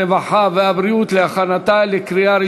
הרווחה והבריאות נתקבלה.